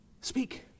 speak